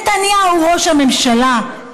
בנימין נתניהו ראש הממשלה,